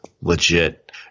legit